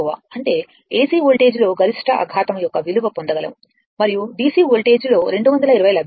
అంటే ఎసి వోల్టేజ్లో గరిష్ట అఘాతము యొక్క విలువ పొందగలము మరియు డిసి వోల్టేజ్ లో 220 లభిస్తుంది